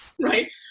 right